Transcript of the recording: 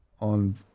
On